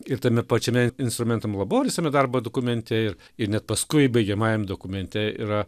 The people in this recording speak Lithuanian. ir tame pačiame instrumentum laboris darbo dokumente ir ir net paskui baigiamajam dokumente yra